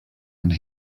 and